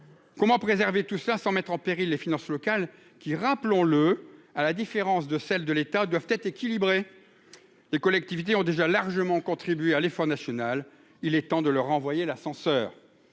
comment préserver tout ça sans mettre en péril les finances locales qui, rappelons-le, à la différence de celle de l'État doivent être équilibrées, les collectivités ont déjà largement contribué à l'effort national, il est temps de le renvoyer l'ascenseur